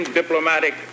diplomatic